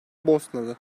bosnalı